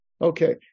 Okay